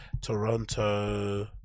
Toronto